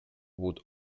would